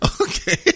Okay